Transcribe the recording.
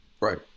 Right